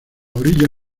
orilla